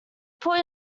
put